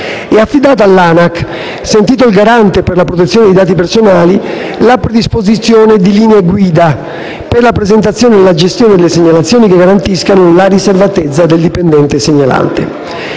È affidata all'ANAC, sentito il Garante per la protezione dei dati personali, la predisposizione di linee guida per la presentazione e la gestione delle segnalazioni che garantiscano la riservatezza del dipendente segnalante.